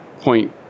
point